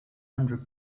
hundred